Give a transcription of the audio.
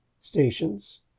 stations